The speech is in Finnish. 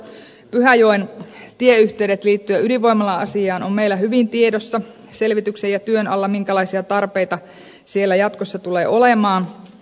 pyhäjoen tieyhteydet liittyen ydinvoimala asiaan ovat meillä hyvin tiedossa selvityksen ja työn alla minkälaisia tarpeita siellä jatkossa tulee olemaan